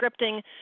scripting